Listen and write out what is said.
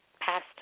past